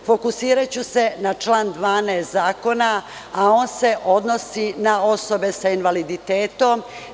Fokusiraću se na član 12. zakona, a on se odnosi na osobe sa invaliditetom.